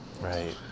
Right